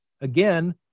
Again